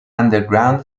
underground